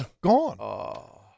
gone